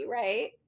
right